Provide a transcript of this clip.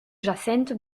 jacinthe